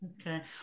Okay